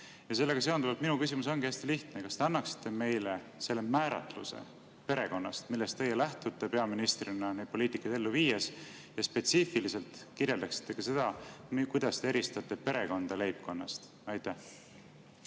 Sellega seonduvalt mu küsimus ongi hästi lihtne: kas te annaksite meile selle määratluse perekonnast, millest teie lähtute peaministrina neid poliitikaid ellu viies, ja spetsiifiliselt kirjeldaksite ka seda, kuidas te eristate perekonda leibkonnast? Suur